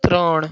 ત્રણ